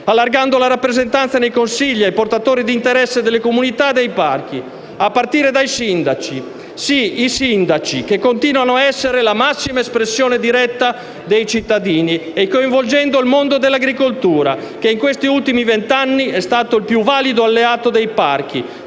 allargata la rappresentanza nei consigli ai portatori di interesse delle comunità dei parchi, a partire dai sindaci, - sì, i sindaci, che continuano ad essere la massima espressione diretta dei cittadini - e coinvolgendo il mondo dell'agricoltura che in questi ultimi vent'anni è stato il più valido alleato dei parchi,